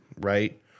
right